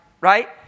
right